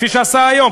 כפי שעשה היום,